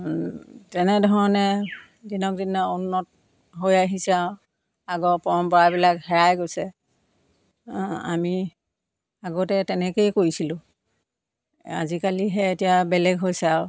তেনেধৰণে দিনক দিনে উন্নত হৈ আহিছে আৰু আগৰ পৰম্পৰাবিলাক হেৰাই গৈছে আমি আগতে তেনেকৈয়ে কৰিছিলোঁ আজিকালিহে এতিয়া বেলেগ হৈছে আৰু